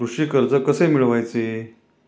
कृषी कर्ज कसे मिळवायचे?